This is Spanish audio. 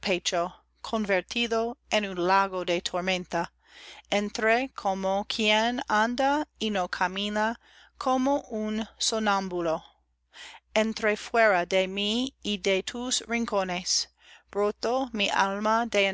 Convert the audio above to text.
convertido en un lago de tormenta entré como quien anda y no camina como un sonámbulo entré fuera de mí y de tus rincones brotó mi alma